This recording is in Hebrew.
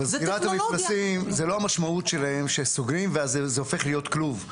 אבל סגירת המפלסים זאת לא המשמעות שלהם שסוגרים ואז זה הופך להיות כלוב.